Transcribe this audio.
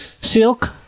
silk